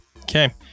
Okay